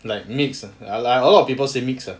like mix like a lot of people say mix ah